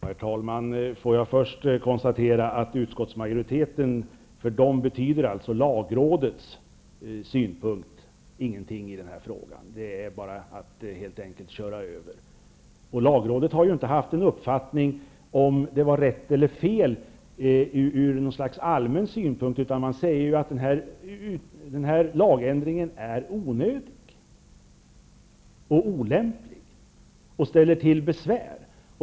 Herr talman! Får jag först konstatera att för utskottsmajoriteten betyder lagrådets synpunkt ingenting i den här frågan. Det är helt enkelt bara att köra över den. Lagrådet har inte haft någon uppfattning om att detta skulle var rätt eller fel ur någon slags allmän synpunkt, utan man säger att lagändringen är onödig, olämplig och att den ställer till besvär.